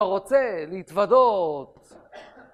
רוצה להתוודות